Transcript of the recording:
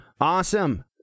Awesome